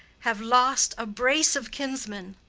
have lost a brace of kinsmen.